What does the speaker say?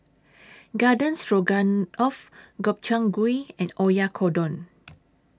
Garden Stroganoff Gobchang Gui and Oyakodon